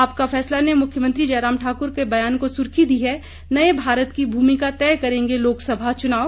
आपका फैसला ने मुख्यमंत्री जयराम ठाकुर के बयान को सुर्खी दी है नए भारत की भूमिका तय करेंगे लोकसभा चुनाव